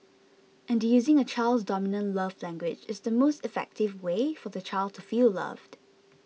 and using a child's dominant love language is the most effective way for the child to feel loved